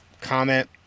comment